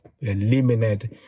eliminate